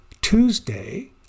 Tuesday